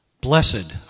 Blessed